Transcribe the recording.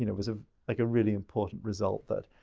you know was ah like a really important result that,